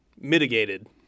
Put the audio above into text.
mitigated